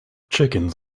chickens